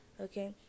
Okay